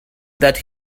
that